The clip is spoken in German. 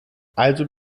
also